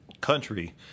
country